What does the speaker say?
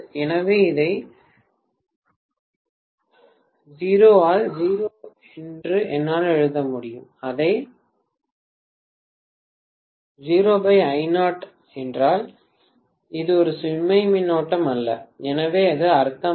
எனவே இதை 0 ஆல் 0 என்று என்னால் எழுத முடியாது அது 0 I0 நான் இது ஒரு சுமை மின்னோட்டம் அல்ல எனவே இது அர்த்தமல்ல